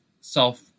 self